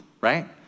right